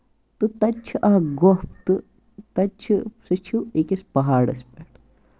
تہٕ تَتہِ چھِ اکھ گوٚپھہ تہٕ تَتہِ چھُ سُہ چھُ بیٚیہِ کِس پَہاڑَس پٮ۪ٹھ